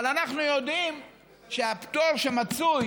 אבל אנחנו יודעים שהפטור שמצוי